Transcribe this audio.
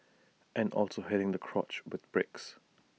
and also hitting the crotch with bricks